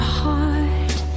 heart